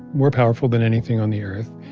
more powerful than anything on the earth,